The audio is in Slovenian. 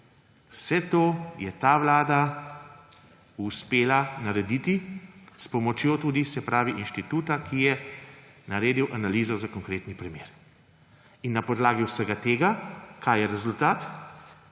Vse to je ta vlada uspela narediti, s pomočjo tudi inštituta, ki je naredil analizo za konkreten primer. Na podlagi vsega tega ‒ kaj je rezultat?